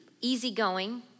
easygoing